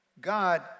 God